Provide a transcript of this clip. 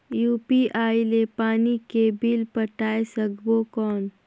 UPI ले पानी के बिल पटाय सकबो कौन?